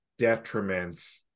detriments